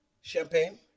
champagne